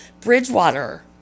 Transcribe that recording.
Bridgewater